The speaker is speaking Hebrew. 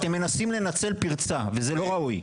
אתם מנסים נצל פרצה, ולא ראוי.